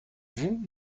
vous